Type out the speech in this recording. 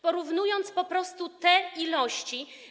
Porównując po prostu te wielkości.